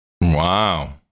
Wow